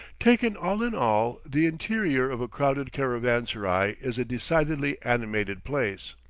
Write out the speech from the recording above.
taken all in all, the interior of a crowded caravanserai is a decidedly animated place.